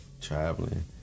traveling